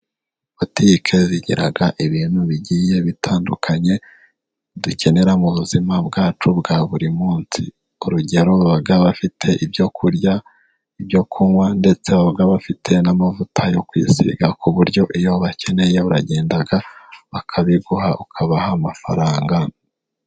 Botike zigira ibintu bigiye bitandukanye dukenera mu buzima bwacu bwa buri munsi, urugero baba bafite ibyo kurya, ibyo kunywa ndetse baba bafite n'amavuta yo kwisiga, ku buryo iyo ubakeneye uragenda bakabiguha ukabaha amafaranga.